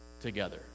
together